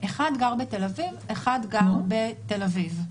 אחד גר בתל אביב, אחד גר בתל אביב.